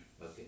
Okay